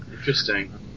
Interesting